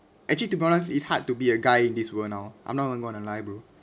actually to be honest it's hard to be a guy in this world now I'm not going to lie bro